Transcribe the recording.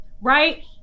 Right